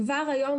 כבר היום,